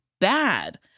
bad